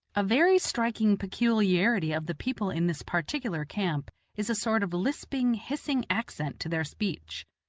a very striking peculiarity of the people in this particular camp is a sort of lisping, hissing accent to their speech.